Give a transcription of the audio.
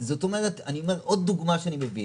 זו עוד דוגמה שאני מביא.